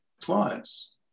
clients